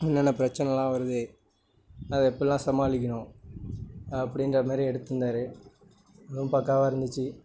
என்னென்ன பிரச்சினல்லாம் வருது அதை எப்படிலாம் சமாளிக்கணும் அப்படின்ற மாதிரி எடுத்துருந்தார் அதுவும் பக்காவாக இருந்துச்சு